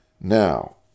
Now